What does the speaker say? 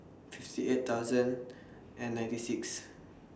fifty eight thousand and ninety six